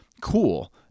Cool